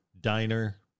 diner